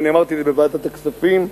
ואמרתי זאת בוועדת הכספים,